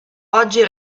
oggi